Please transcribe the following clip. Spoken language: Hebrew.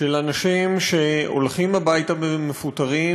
של אנשים שהולכים הביתה ומפוטרים.